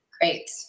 Great